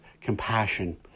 compassion